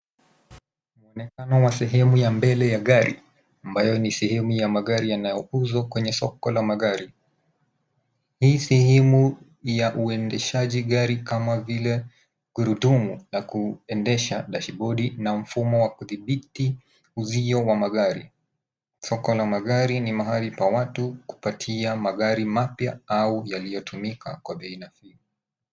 Mwonekano wa sehemu ya mbele ya gari ambayo ni sehemu ya magari yanayouzwa kwenye soko la magari. Hii sehemu ya uendeshaji gari kama vile gurudumu la kuendesha, dashibodi na mfumo wa kudhibiti uzito wa magari. Soko la magari ni mahali pa watu kupatia magari mapya au yaliyotumika kwa bei nafuu.